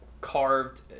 Carved